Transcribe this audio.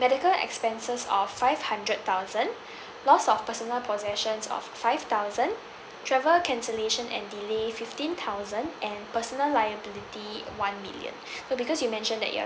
medical expenses of five hundred thousand loss of personal possessions of five thousand travel cancellation and delay fifteen thousand and personal liability one million so because you mentioned that you are